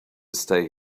stay